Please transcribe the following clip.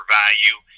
value